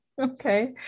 okay